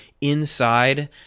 inside